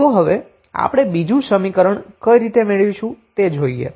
તો હવે આપણે બીજું સમીકરણ કઈ રીતે મેળવીશું તે જોઈએ